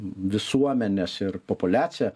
visuomenes ir populiacija